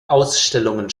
ausstellungen